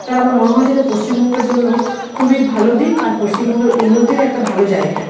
তাহলে আমার মনে হয় সেটা পশ্চিমবঙ্গের জন্য খুবই ভালো দিক আর পশ্চিমবঙ্গের উন্নতির একটা ভালো জায়গা